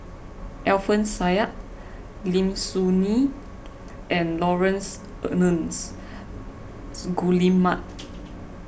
Alfian Sa'At Lim Soo Ngee and Laurence Nunns Guillemard